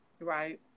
Right